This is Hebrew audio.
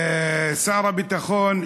שר הביטחון,